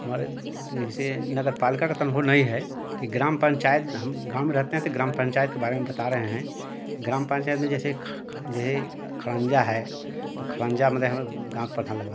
हमारे तो जैसे नगरपालिका क त अनुभव नहीं है ग्राम पंचायत हम गाँव में रहते हें त ग्राम पंचायत के बारे में बाता रहे हैं ग्राम पंचायत में जैसे जे है खणंजा हे तो खणंजा मतलब हम लोग गाँव क प्रधान लगवाते हैं